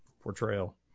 portrayal